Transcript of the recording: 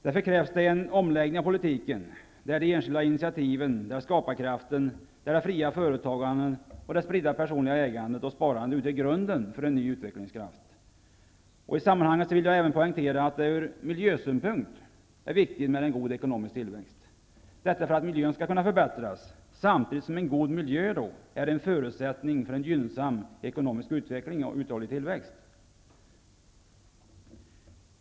Därför krävs det en omläggning av politiken, där de enskilda initiativen, skaparkraften, det fria företagandet och det spridda personliga ägandet och sparandet utgör grunden för en ny utvecklingskraft. I sammanhanget vill jag poängtera att det även ur miljösynpunkt är viktigt med en god ekonomisk tillväxt, detta för att miljön skall kunna förbättras, samtidigt som en god miljö är en förutsättning för en gynnsam ekonomisk utveckling och uthållig tillväxt.